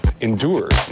endured